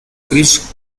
chris